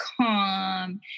calm